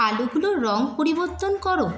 আলোগুলোর রং পরিবর্তন কর